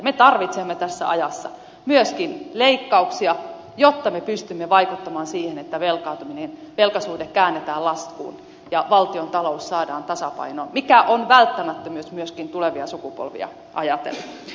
me tarvitsemme tässä ajassa myöskin leikkauksia jotta me pystymme vaikuttamaan siihen että velkaantuminen velkasuhde käännetään laskuun ja valtiontalous saadaan tasapainoon mikä on välttämättömyys myöskin tulevia sukupolvia ajatellen